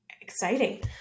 Exciting